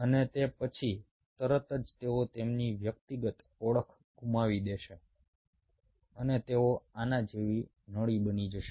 અને તે પછી તરત જ તેઓ તેમની વ્યક્તિગત ઓળખ ગુમાવી દેશે અને તેઓ આના જેવી નળી બની જશે